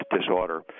disorder